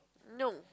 no